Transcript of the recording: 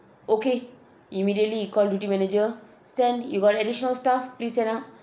okay immediately he call duty manager send you got additional staff please send up